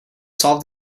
solve